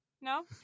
No